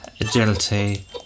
Agility